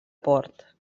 port